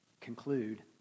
conclude